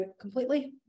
completely